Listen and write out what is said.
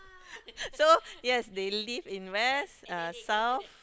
so yes they lived in west uh south